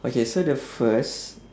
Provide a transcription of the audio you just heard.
okay so the first